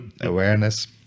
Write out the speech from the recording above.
awareness